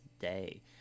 day